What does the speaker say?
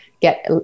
get